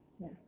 yes